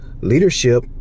leadership